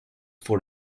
for